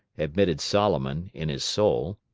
admitted solomon, in his soul.